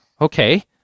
okay